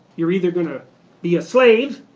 you're either going to be a slave,